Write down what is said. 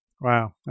Wow